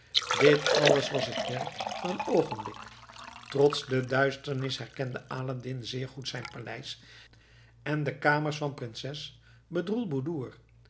dit alles was het werk van een oogenblik trots de duisternis herkende aladdin zeer goed zijn paleis en de kamers van